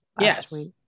Yes